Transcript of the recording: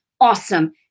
awesome